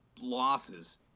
losses